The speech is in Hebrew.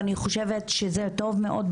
ואני חושבת שזה טוב מאוד,